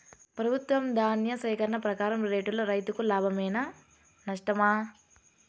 ప్రభుత్వం ధాన్య సేకరణ ప్రకారం రేటులో రైతుకు లాభమేనా నష్టమా?